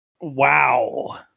Wow